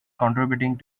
contributing